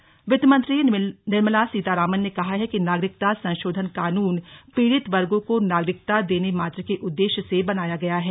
CAA वित्तमंत्री निर्मला सीतारामन ने कहा है कि नागरिकता संशोधन कानून पीडित वर्गों को नागरिकता देने मात्र के उद्देश्य से बनाया गया है